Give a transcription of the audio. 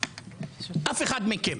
אף אחד מכם.